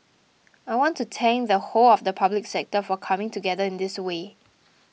I want to thank the whole of the Public Service for coming together in this way